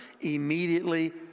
immediately